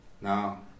Now